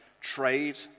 trade